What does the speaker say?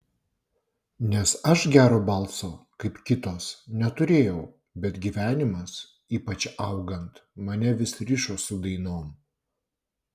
nes aš gero balso kaip kitos neturėjau bet gyvenimas ypač augant mane vis rišo su dainom